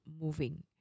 moving